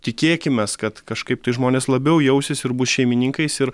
tikėkimės kad kažkaip tai žmonės labiau jausis ir bus šeimininkais ir